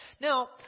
Now